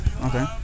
Okay